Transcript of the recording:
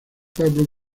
pablo